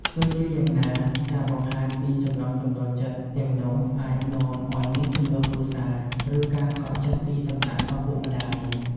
ទោះជាយ៉ាងណា ការបង្ហាញពីចំណង់ចំណូលចិត្តទាំងនោះអាចនាំឲ្យមានជម្លោះគ្រួសារ ឬការខកចិត្តពីសំណាក់ឪពុកម្ដាយ។